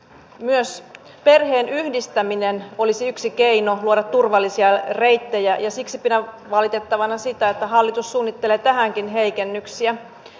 myös perheen yhdistäminen olisi yksi keino luoda turvallisia reittejä ja siksi pidän valitettavana sitä että hallitus suunnittelee tähänkin heikennyksiä